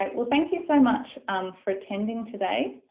like well thank you so much um for attending today.